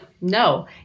no